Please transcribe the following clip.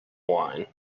wine